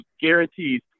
guarantees